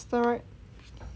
asteroid